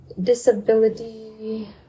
disability